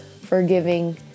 forgiving